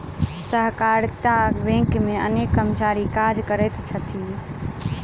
सहकारिता बैंक मे अनेक कर्मचारी काज करैत छथि